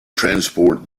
transport